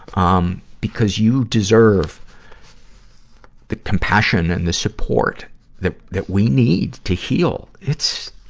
um, because you deserve the compassion and the support that, that we need to heal. it's,